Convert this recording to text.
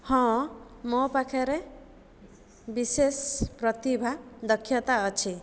ହଁ ମୋ ପାଖରେ ବିଶେଷ ପ୍ରତିଭା ଦକ୍ଷତା ଅଛି